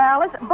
Alice